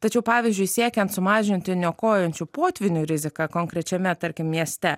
tačiau pavyzdžiui siekiant sumažinti niokojančių potvynių riziką konkrečiame tarkim mieste